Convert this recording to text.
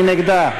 מי נגדה?